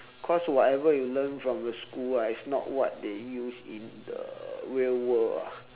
because whatever you learn from the school ah is not what they use in the real world ah